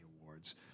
awards